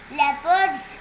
leopards